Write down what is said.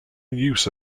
use